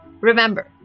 Remember